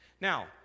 Now